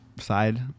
side